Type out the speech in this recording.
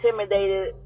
intimidated